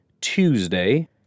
Tuesday